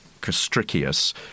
Castricius